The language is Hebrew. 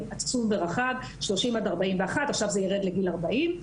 עצום ורחב מגיל 30 עד 41. עכשיו זה ירד לגיל 40,